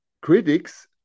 critics